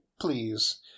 Please